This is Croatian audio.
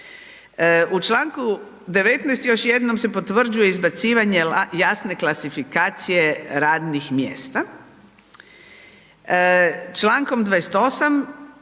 U Članku 19. još jednom se potvrđuje izbacivanja jasne klasifikacije radnih mjesta.